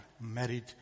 married